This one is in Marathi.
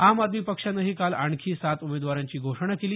आम आदमी पक्षानंही काल आणखी सात उमेदवारांची घोषणा केली